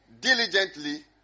diligently